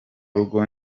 rugo